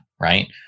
Right